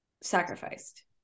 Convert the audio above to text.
sacrificed